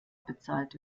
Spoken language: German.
bezahlt